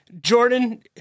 Jordan